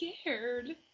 scared